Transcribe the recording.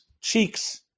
cheeks